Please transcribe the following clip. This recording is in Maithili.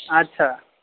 अच्छा